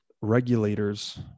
regulators